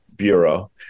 Bureau